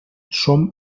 som